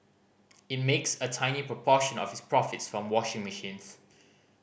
it makes a tiny proportion of its profits from washing machines